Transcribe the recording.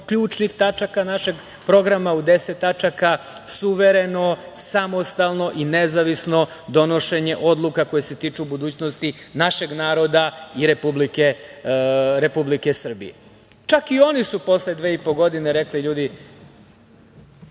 ključnih tačaka našeg programa u deset tačaka – suvereno, samostalno i nezavisno donošenje odluka koje se tiču budućnosti našeg naroda i Republike Srbije. Čak i oni su posle dve i po godine rekli – ljudi,